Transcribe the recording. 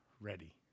ready